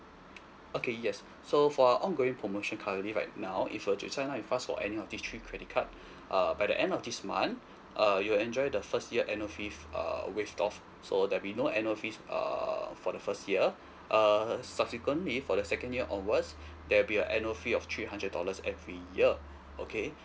okay yes so for our ongoing promotion currently right now if you were to sign up with us for any of these three credit card uh by the end of this month uh you'll enjoy the first year annual fee uh waived off so there'll be no annual fee err for the first year err subsequently for the second year onwards there'll be a annual fee of three hundred dollars every year okay